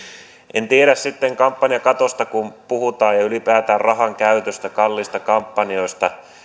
en tiedä sitten kun puhutaan kampanjakatosta ja ylipäätään rahan käytöstä kalliista kampanjoista